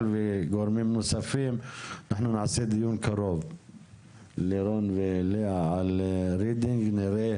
וגורמים נוספים ובקרוב נקיים דיון על רידינג ונראה